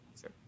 Sure